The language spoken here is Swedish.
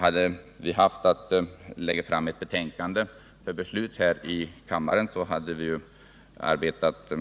Om vi hade haft att lägga fram ett betänkande för beslut här i kammaren skulle vi ha arbetat